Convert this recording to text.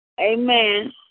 Amen